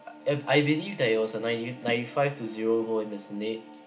and I believe that it was a ninety ninety five to zero vote in the senate